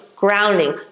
Grounding